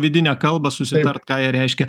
vidinę kalbą susitart ką jie reiškia